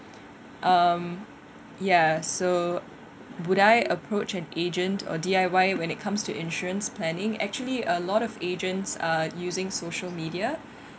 um ya so would I approach an agent or D_I_Y when it comes to insurance planning actually a lot of agents are using social media